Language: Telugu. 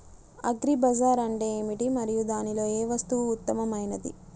అగ్రి బజార్ అంటే ఏమిటి మరియు దానిలో ఏ వస్తువు ఉత్తమమైనది?